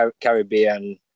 Caribbean